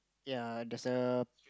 ya there's a